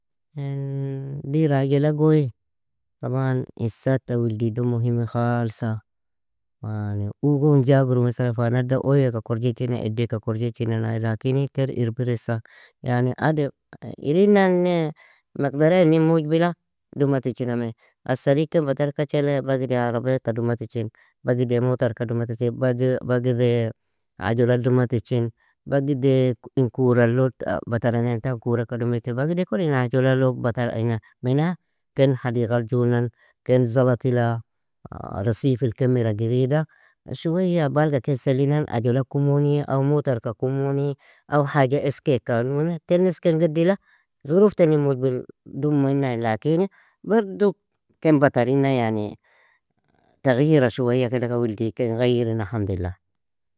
Yan dirr ajela goi, taban isata wildi do muhimi khalsa. Yani ugon jagru mesalana fa nadda oeyeaka korjechina, eddeaka korjechinana lakini ter irbiresa. Yani adem_irinnane magdera inin mujbila duma tichiname, asari ken batarkachale bagide arabaieak duma tichin, bagide motarka duma tichin, bagidee ajola duma tichin, bagide in kuralo batarana inta kuraka dumecha bagideakon ina ajola log batara ana mena, ken hadigal junan ken zalatila, rasifil ken mira girida شوية balka ken selinan ajola kumuni aw motarka kumuni aw haja eskeaka, ten esken gedila, zurof teni mujbil dumina lakini bardu ken batarina yani taghira شوية كدة kedeka wildi ken gayrina حمد لله.